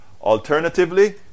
Alternatively